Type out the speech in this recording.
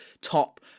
top